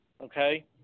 okay